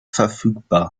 verfügbar